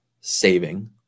saving